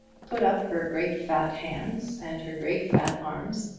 put up her great fat hands and her great fat arms,